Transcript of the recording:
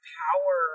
power